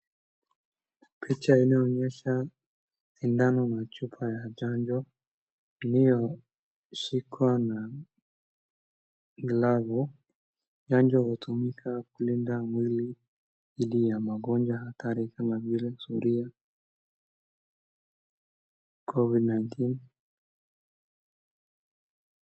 Picha inaonyesha sindano na chupa ya chanjo iliyoshikwa na glavu , chanjo hutumika kulinda mwili dhidi ya magonjwa hatari kama vile surua, COVID 19